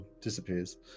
disappears